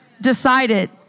decided